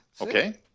Okay